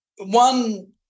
one